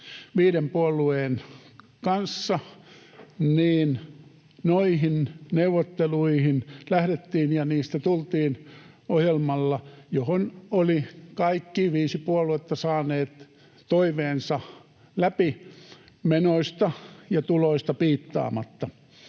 viiden puolueen kanssa, niin noihin neuvotteluihin lähdettiin ja niistä tultiin ohjelmalla, johon olivat kaikki viisi puoluetta saaneet toiveensa läpi menoista ja tuloista piittaamatta.